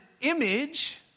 image